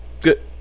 Good